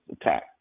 attack